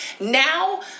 now